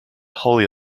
holy